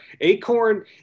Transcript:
Acorn